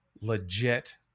legit